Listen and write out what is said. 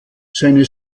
seine